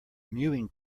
mewing